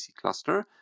cluster